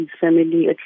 family